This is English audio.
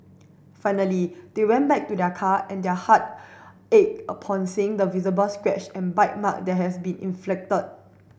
finally they went back to their car and their heart ached upon seeing the visible scratch and bite mark that had been inflicted